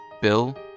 Bill